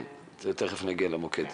תיכף נגיע למוקד.